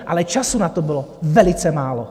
Ale času na to bylo velice málo.